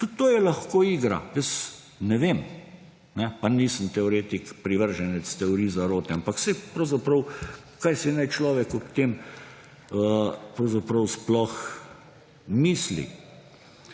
Tudi to je lahko igra, jaz ne vem, pa nisem teoretik, privrženec teorij zarote, ampak saj, pravzaprav, kaj si naj človek ob tem pravzaprav sploh misli.